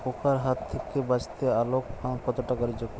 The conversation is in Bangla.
পোকার হাত থেকে চাষ বাচাতে আলোক ফাঁদ কতটা কার্যকর?